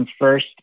first